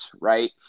Right